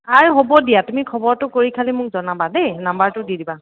আৰু হ'ব দিয়া তুমি খবৰটো কৰি খালি মোক জনাবা দেই নাম্বাৰটো দি দিবা